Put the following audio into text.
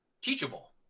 teachable